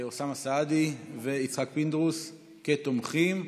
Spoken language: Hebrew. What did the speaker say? אוסאמה סעדי ויצחק פינדרוס כתומכים.